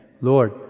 Lord